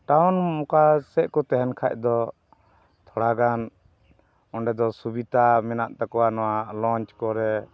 town ᱚᱱᱠᱟ ᱥᱮᱫ ᱠᱚ ᱛᱟᱦᱮᱱ ᱠᱷᱟᱱ ᱫᱚ ᱛᱷᱚᱲᱟᱜᱟᱱ ᱚᱸᱰᱮ ᱫᱚ ᱥᱩᱵᱤᱛᱟ ᱢᱮᱱᱟᱜ ᱛᱟᱠᱚᱣᱟ ᱱᱚᱣᱟ ᱞᱚᱧᱪ ᱠᱚᱨᱮ